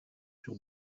sur